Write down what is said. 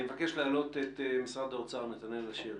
אני מבקש להעלות את משרד האוצר, נתנאל אשרי.